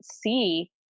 see